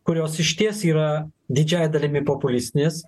kurios išties yra didžiąja dalimi populistinės